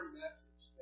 message